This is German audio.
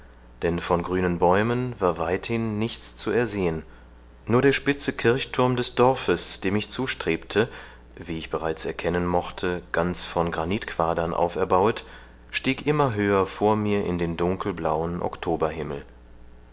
denn von grünen bäumen war weithin nichts zu ersehen nur der spitze kirchthurm des dorfes dem ich zustrebte wie ich bereits erkennen mochte ganz von granitquadern auferbauet stieg immer höher vor mir in den dunkelblauen